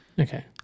Okay